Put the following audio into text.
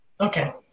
Okay